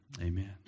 Amen